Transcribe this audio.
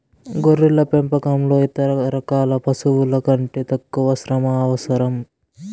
గొర్రెల పెంపకంలో ఇతర రకాల పశువుల కంటే తక్కువ శ్రమ అవసరం